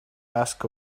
ask